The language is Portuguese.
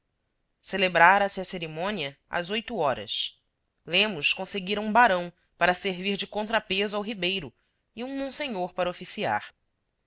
não tinha celebrara se a cerimônia às oito horas lemos conseguira um barão para servir de contrapeso ao ribeiro e um monsenhor para oficiar